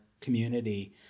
community